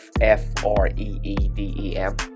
F-R-E-E-D-E-M